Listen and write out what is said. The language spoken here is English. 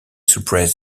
suppress